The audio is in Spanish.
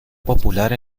popular